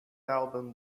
album